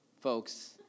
folks